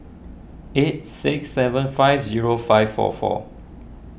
eight six seven five zero five four four